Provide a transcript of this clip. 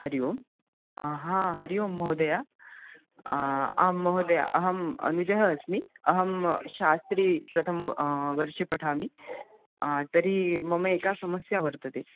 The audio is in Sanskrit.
हरिः ओं आ हा हरिः ओं महोदय आं महोदय अहम् अनुजः अस्मि अहं शास्त्री प्रथमवर्षे पठामि तर्हि मम एका समस्या वर्तते